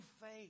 faith